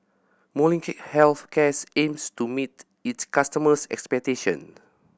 Molnylcke Health Care aims to meet its customers' expectations